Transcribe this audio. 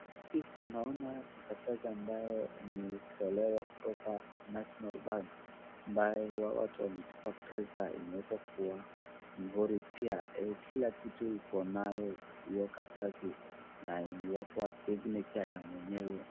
Picha naona kijikaratasi ambayo imetolewa kutoka national bank , ambayo huwa watu wanatuma pesa inawekwa kwa nihori mpya kila kitu iko nayo hiyo karatasi na imewekwa signature ya mwenyewe.